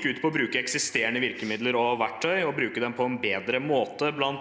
gikk ut på å bruke eksisterende virkemidler og verktøy og bruke dem på en bedre måte, bl.a.